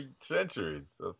centuries